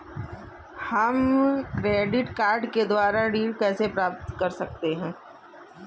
हम credit card के द्वारा ऋण कैसे प्राप्त कर सकते हैं?